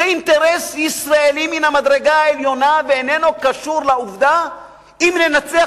זה אינטרס ישראלי מן המדרגה העליונה ואיננו קשור לעובדה אם ננצח,